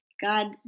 God